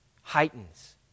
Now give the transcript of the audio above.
heightens